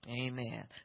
Amen